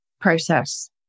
process